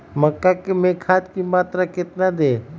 मक्का में खाद की मात्रा कितना दे?